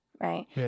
Right